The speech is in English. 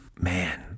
Man